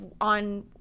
on